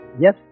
Yes